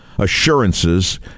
Assurances